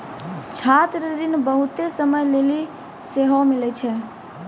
छात्र ऋण बहुते समय लेली सेहो मिलै छै